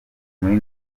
muri